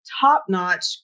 top-notch